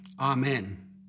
Amen